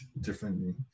differently